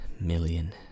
million